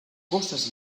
cosas